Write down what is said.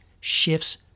shifts